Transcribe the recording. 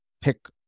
pick